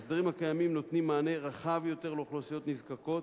ההסדרים הקיימים נותנים לאוכלוסיות נזקקות